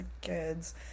kids